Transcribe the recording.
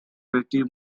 pretty